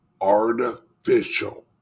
artificial